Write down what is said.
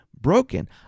broken